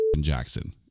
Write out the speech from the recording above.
Jackson